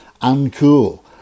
uncool